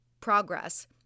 progress